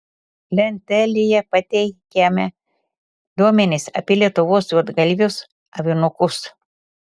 lentelėje pateikiame duomenis apie lietuvos juodgalvius avinukus